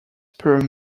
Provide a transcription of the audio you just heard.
per